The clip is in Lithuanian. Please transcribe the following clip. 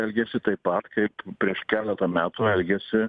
elgėsi taip pat kaip prieš keletą metų elgėsi